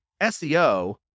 SEO